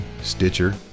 Stitcher